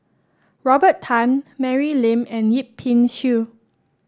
Robert Tan Mary Lim and Yip Pin Xiu